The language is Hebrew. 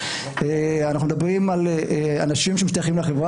אנחנו מדברים על אנשים שמשתייכים לחברה